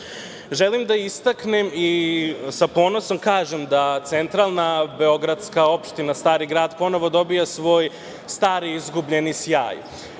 da istaknem i sa ponosom kažem da centralna beogradska opština Stari Grad ponovo dobija svoj stari izgubljeni sjaj.